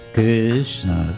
Krishna